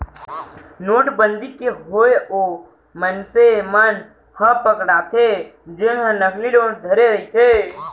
नोटबंदी के होय ओ मनसे मन ह पकड़ाथे जेनहा नकली नोट धरे रहिथे